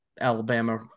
Alabama